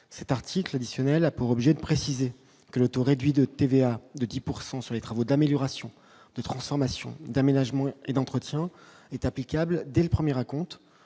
Cet article additionnel a pour objet de préciser que le taux réduit de TVA, de 10 pourcent sur les travaux d'amélioration, de transformation, d'aménagement et d'entretien est applicable dès le 1er raconte,